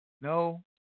No